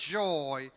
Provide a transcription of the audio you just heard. joy